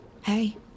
Hey